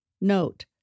Note